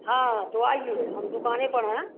हाँ तो आइए हम दुकान ही पर हैं